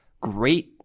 great